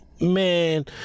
man